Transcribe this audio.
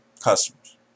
customers